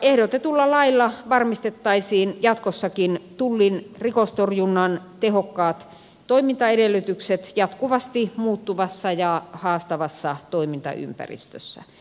ehdotetulla lailla varmistettaisiin jatkossakin tullin rikostorjunnan tehokkaat toimintaedellytykset jatkuvasti muuttuvassa ja haastavassa toimintaympäristössä